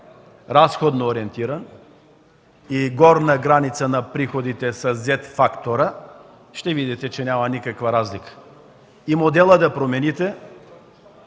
разходно ориентиран и горна граница на приходите със „z-фактора”, ще видите, че няма никаква разлика. Ако изпуснете